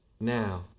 now